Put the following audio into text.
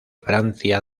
francia